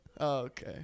okay